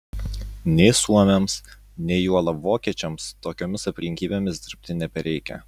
nei suomiams nei juolab vokiečiams tokiomis aplinkybėmis dirbti nebereikia